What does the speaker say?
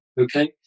okay